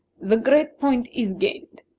the great point is gained.